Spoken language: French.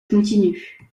continue